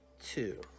two